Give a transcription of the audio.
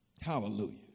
Hallelujah